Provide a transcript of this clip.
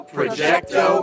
Projecto